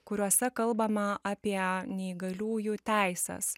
kuriuose kalbama apie neįgaliųjų teises